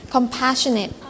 Compassionate